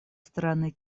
стороны